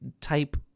type